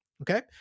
Okay